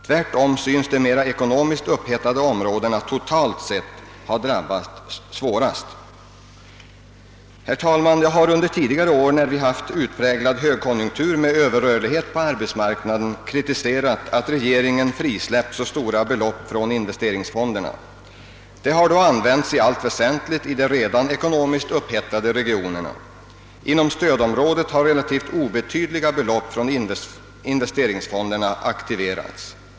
Tvärtom synes de ekonomiskt mer upphettade områdena totalt sett ha drabbats svårast. Jag har, herr talman, under tidigare år när vi haft en utpräglad högkonjunktur med Ööverrörlighet på arbetsmarknaden kritiserat att regeringen frisläppt så stora belopp från investeringsfonderna. De har då använts i allt väsentligt i de redan ekonomiskt upphettade regionerna. I stödområden har relativt obetydliga belopp från investeringsfonderna aktiverats.